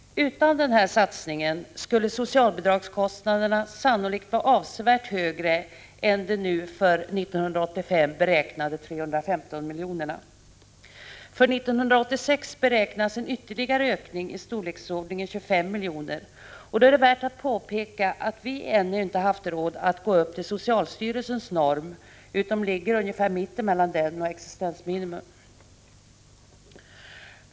Utan denna satsning skulle socialbidragskostnaderna sannolikt vara avsevärt högre än de nu för 1985 beräknade 315 milj.kr. För 1986 beräknas en ytterligare ökning i storleksordningen 25 milj.kr., och då är det värt att påpeka att vi ännu inte haft råd att gå upp till socialstyrelsens norm utan ligger ungefär mitt emellan den och existensminimum.